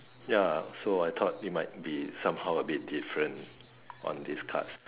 ya so I thought it might be somehow a bit different on these cards